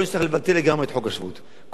כל הבקשה להפוך אותו לחוק-יסוד,